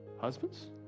husbands